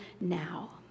now